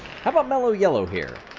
how about mellow yellow here.